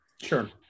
Sure